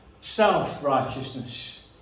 Self-righteousness